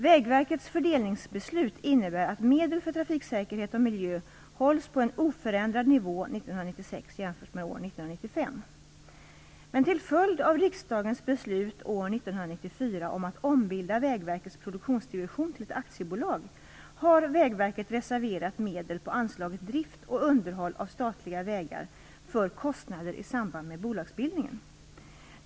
Vägverkets fördelningsbeslut innebär att medel för trafiksäkerhet och miljö hålls på en oförändrad nivå år 1996 jämfört med år 1995. Till följd av riksdagens beslut år 1994 om att ombilda Vägverkets produktionsdivision till ett aktiebolag, har Vägverket reserverat medel på anslaget Drift och underhåll av statliga vägar för kostnader i samband med bolagsbildningen.